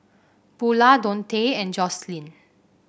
Bula Dontae and Jocelynn